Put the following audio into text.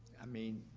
i mean,